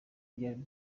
byari